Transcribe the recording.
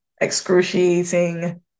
excruciating